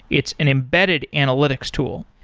it's an embedded analytics tool.